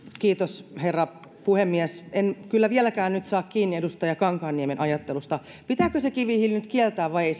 kiitos herra puhemies en kyllä nyt vieläkään saa kiinni edustaja kankaanniemen ajattelusta pitääkö se kivihiili kieltää vai ei